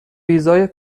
ویزای